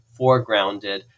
foregrounded